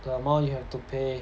the amount you have to pay